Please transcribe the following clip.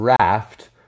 raft